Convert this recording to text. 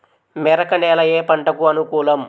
మెరక నేల ఏ పంటకు అనుకూలం?